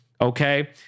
Okay